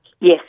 Yes